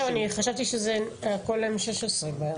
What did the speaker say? זהו, אני חשבתי שזה הכל M16 באיירסופט.